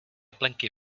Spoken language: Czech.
plenky